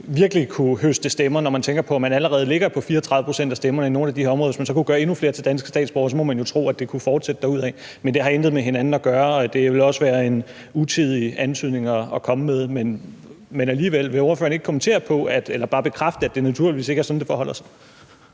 virkelig kunne høste stemmer, når man tænker på, at man allerede ligger på 34 pct. af stemmerne i nogle af de her områder? Hvis man så kunne gøre endnu flere til danske statsborgere, må man jo tro, at det kunne fortsætte derudad. Men det har intet med hinanden at gøre, og det ville også være en utidig antydning at komme med, men vil ordføreren alligevel ikke kommentere på eller bare bekræfte, at det naturligvis ikke er sådan, det forholder sig?